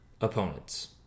opponents